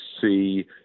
see